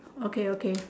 okay okay